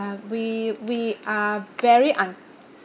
we we are very un~